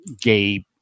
gay